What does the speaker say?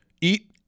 eat